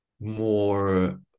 more